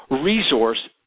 resource